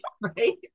right